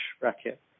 racket